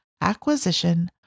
acquisition